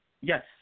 Yes